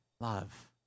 love